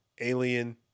Alien